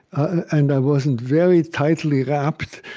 and i wasn't very tightly wrapped,